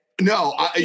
No